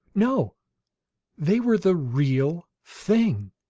no they were the real thing,